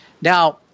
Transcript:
Now